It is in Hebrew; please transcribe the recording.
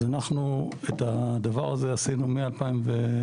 אז אנחנו, את הדבר הזה עשינו מ-2018